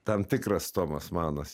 tam tikras tomas manas